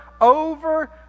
over